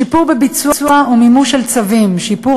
4. שיפור בביצוע ובמימוש של צווים: שיפור